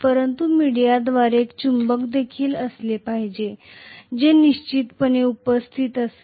परंतु मीडियाद्वारे एक चुंबक देखील असले पाहिजे जे निश्चितपणे उपस्थित असेल